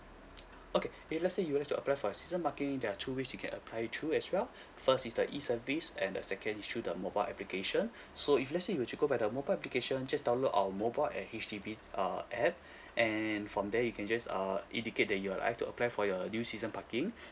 okay if let's say you have to apply for a season parking there are two ways you can apply it through as well first is the E service and the second is through the mobile application so if let's say if you were to go by the mobile application just download our mobile uh H_D_B uh app and from there you can just err indicate that you would like to apply for your new season parking